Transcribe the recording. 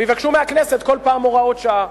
ויבקשו מהכנסת כל פעם הוראות שעה.